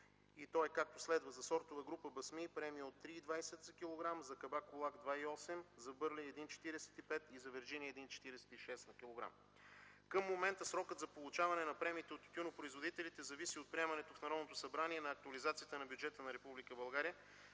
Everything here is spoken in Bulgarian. то е, както следва: за сортова група „Басми” – премия от 3,20 лв. за килограм; за „Кабакулак” – 2,08 лв.; за „Бърлей” – 1,45 лв., и за „Виржиния” – 1,46 лв. за килограм. Към момента срокът за получаване на премиите от тютюнопроизводителите зависи от приемането в Народното събрание на актуализацията на бюджета на